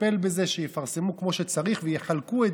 נטפל בזה שיפרסמו כמו שצריך ויחלקו את